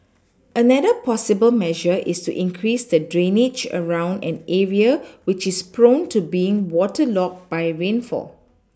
another possible measure is to increase the drainage around an area which is prone to being waterlogged by rainfall